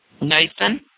Nathan